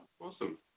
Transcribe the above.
Awesome